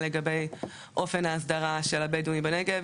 יותר גם לגבי אופן ההסדרה של הבדואים בנגב,